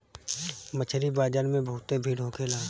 मछरी बाजार में बहुते भीड़ होखेला